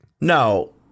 No